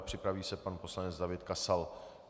Připraví se pan poslanec David Kasal.